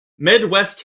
midwest